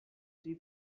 see